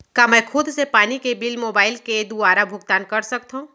का मैं खुद से पानी के बिल मोबाईल के दुवारा भुगतान कर सकथव?